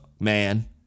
man